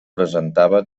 presentava